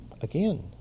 Again